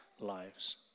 lives